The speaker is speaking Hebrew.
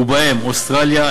אוסטרליה,